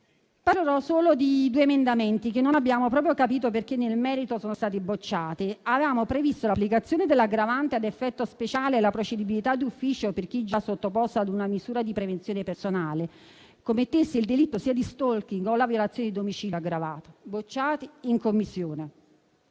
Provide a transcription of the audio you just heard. Parlerò solo di due emendamenti che non abbiamo proprio capito perché nel merito siano stati bocciati. Avevamo previsto l'applicazione dell'aggravante ad effetto speciale e la procedibilità d'ufficio per chi, già sottoposto ad una misura di prevenzione personale, commettesse il delitto di *stalking* o la violazione di domicilio aggravato. Bocciati in Commissione.